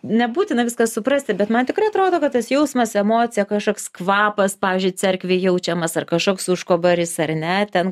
nebūtina viską suprasti bet man tikrai atrodo kad tas jausmas emocija kažkoks kvapas pavyzdžiui cerkvėj jaučiamas ar kažkoks užkobaris ar ne ten